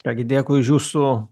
ką gi dėkui už jūsų